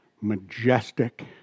majestic